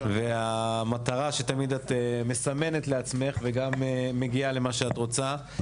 והמטרה שתמיד את מסמנת לעצמך וגם מגיעה למה שאת רוצה.